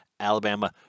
Alabama